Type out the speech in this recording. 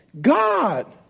God